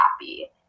happy